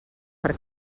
per